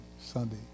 Sunday